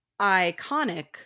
iconic